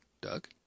Doug